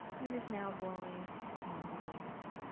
and is now blowing in the wind.